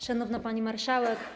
Szanowna Pani Marszałek!